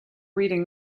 reading